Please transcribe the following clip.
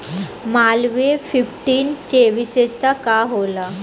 Malviya fifteen के विशेषता का होला?